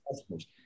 customers